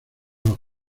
los